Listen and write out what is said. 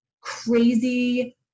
crazy